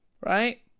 right